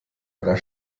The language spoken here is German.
einer